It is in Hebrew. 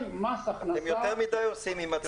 מס הכנסה --- אתם יותר מדי עושים עם עצמכם.